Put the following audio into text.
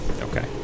okay